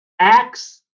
acts